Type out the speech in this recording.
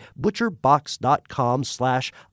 butcherbox.com/slash